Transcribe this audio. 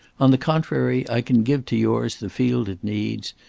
on the contrary i can give to yours the field it needs,